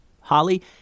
Holly